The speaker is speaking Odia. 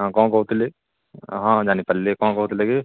ହଁ କ'ଣ କହୁଥିଲି ହଁ ଜାଣିପାରିଲି କ'ଣ କହୁଥିଲେ କି